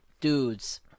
dudes